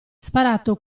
sparato